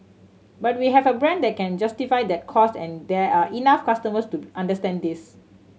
but we have a brand that can justify that cost and there are enough customers to understand this